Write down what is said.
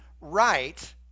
right